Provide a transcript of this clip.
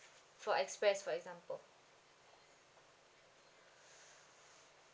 four express for example